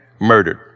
murdered